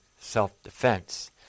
self-defense